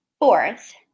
Fourth